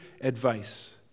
advice